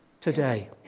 today